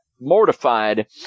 mortified